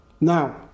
Now